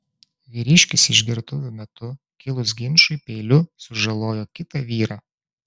vyriškis išgertuvių metu kilus ginčui peiliu sužalojo kitą vyrą